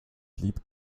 blieb